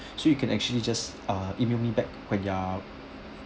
so you can actually just ah email me back when you are